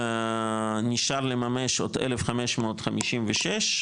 נשאר לממש עוד 1,556,